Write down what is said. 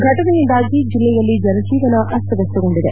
ಫಟನೆಯಿಂದಾಗಿ ಜಿಲ್ಲೆಯಲ್ಲಿ ಜನಜೀವನ ಅಸ್ತವಸ್ತಗೊಂಡಿದೆ